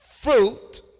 fruit